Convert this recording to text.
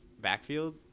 backfield